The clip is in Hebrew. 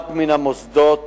אחד מן המוסדות